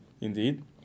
Indeed